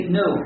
no